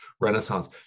renaissance